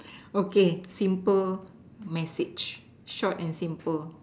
okay simple message short and simple